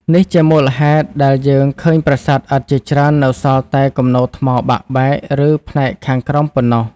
នេះជាមូលហេតុដែលយើងឃើញប្រាសាទឥដ្ឋជាច្រើននៅសល់តែគំនរថ្មបាក់បែក ឬផ្នែកខាងក្រោមប៉ុណ្ណោះ។